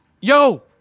yo